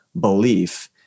belief